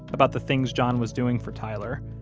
about the things john was doing for tyler,